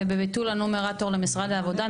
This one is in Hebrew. ובביטול הנומרטור למשרד העבודה,